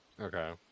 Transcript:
Okay